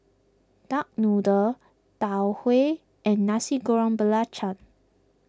Duck Noodle Tau Huay and Nasi Goreng Belacan